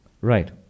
Right